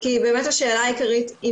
כי באמת השאלה העיקרית היא,